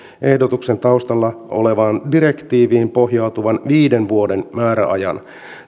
ehdotuksen taustalla olevaan direktiiviin pohjautuvan viiden vuoden määräajan